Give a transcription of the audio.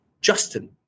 Justin